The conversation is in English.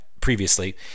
previously